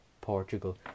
Portugal